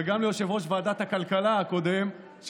וגם ליושב-ראש ועדת הכלכלה הקודם,